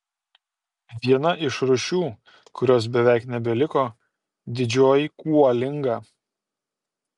viena iš rūšių kurios beveik nebeliko didžioji kuolinga